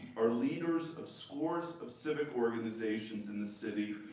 are leaders of scores of civic organizations in the city,